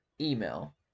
email